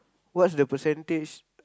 what's the percentage